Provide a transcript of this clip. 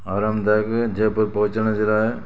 आरामदायक जयपुर पहुचण जे लाइ